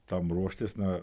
tam ruoštis na